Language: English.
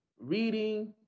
reading